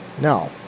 No